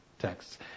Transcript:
texts